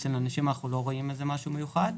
אצל הנשים אנחנו לא רואים משהו מיוחד.